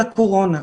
לקורונה.